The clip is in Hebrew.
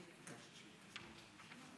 אני בטוח שתעשה קידוש השם.